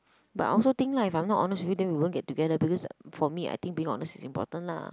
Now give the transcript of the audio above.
but I also think lah if I'm not honest you then we wouldn't get together because for me I think being honest is important lah